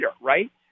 right